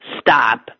stop